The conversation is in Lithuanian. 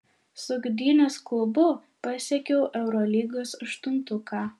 su gdynės klubu pasiekiau eurolygos aštuntuką